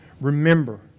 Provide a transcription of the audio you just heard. Remember